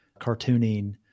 cartooning